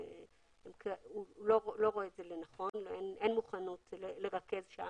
הוא לא רואה זאת לנכון ואין מוכנות לרכז במשרד.